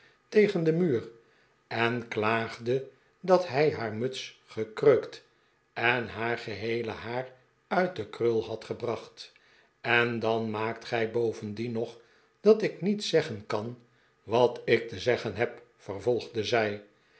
tegen den muur en klaagde dat hij haar muts gekreukt en haar geheele haar uit de krul had gebracht en dan maakt gij bovendien nog dat ik niet zeggen kan wat ik te zeggen heb vervolgde zij